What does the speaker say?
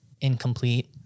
incomplete